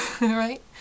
right